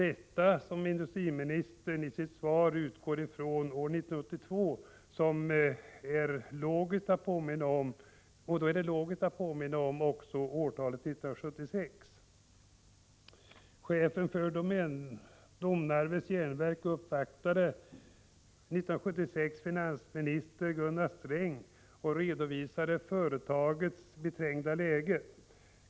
Eftersom industriministern i sitt svar utgår från år 1982 är det logiskt att också påminna om årtalet 1976. Chefen för Domnarvets Jernverk uppvaktade 1976 finansminister Sträng och redovisade företagets beträngda läge.